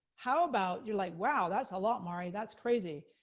how about, you're like, wow, that's a lot, mari, that's crazy.